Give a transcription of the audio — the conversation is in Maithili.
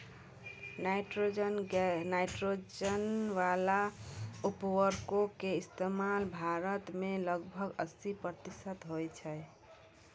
नाइट्रोजन बाला उर्वरको के इस्तेमाल भारत मे लगभग अस्सी प्रतिशत होय छै